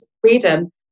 freedom